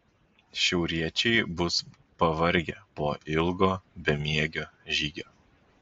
šiauriečiai bus pavargę po ilgo bemiegio žygio